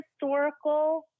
historical